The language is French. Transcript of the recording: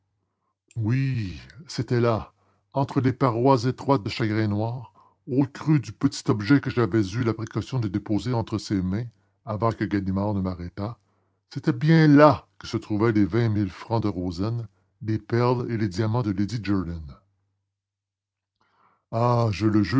oui c'était là entre les parois étroites de chagrin noir au creux du petit objet que j'avais eu la précaution de déposer entre ses mains avant que ganimard ne m'arrêtât c'était bien là que se trouvaient les vingt mille francs de rozaine les perles et les diamants de lady jerland ah je le